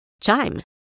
Chime